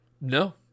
No